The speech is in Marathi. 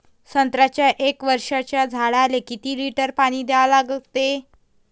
संत्र्याच्या एक वर्षाच्या झाडाले किती लिटर पाणी द्या लागते?